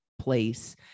place